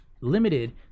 limited